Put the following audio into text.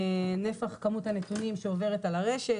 נפח כמות הנתונים שעוברת על הרשת,